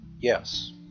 Yes